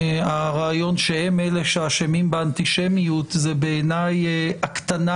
הרעיון שהם אלה שאשמים באנטישמיות הוא בעיניי הקטנה,